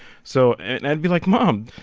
so and i would be like, mom,